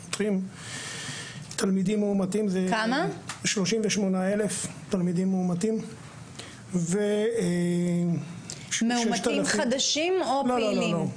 תלמידים מאומתים זה 38,000. מאומתים חדשים או פעילים?